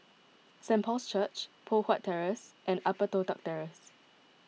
Saint Paul's Church Poh Huat Terrace and Upper Toh Tuck Terrace